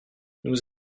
nous